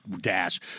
dash